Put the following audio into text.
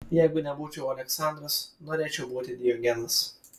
jeigu nebūčiau aleksandras norėčiau būti diogenas